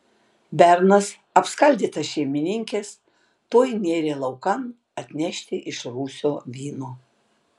bernas apskaldytas šeimininkės tuoj nėrė laukan atnešti iš rūsio vyno